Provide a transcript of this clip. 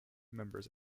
members